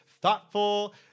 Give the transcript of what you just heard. thoughtful